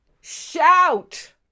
shout